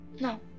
No